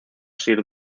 sir